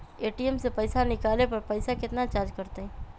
ATM से पईसा निकाले पर पईसा केतना चार्ज कटतई?